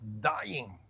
dying